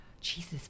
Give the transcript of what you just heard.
Jesus